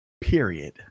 Period